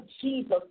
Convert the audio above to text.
Jesus